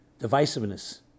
divisiveness